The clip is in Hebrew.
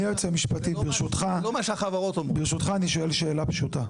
אדוני היועץ המשפטי, ברשותך אני שואל שאלה פשוטה.